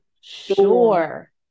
sure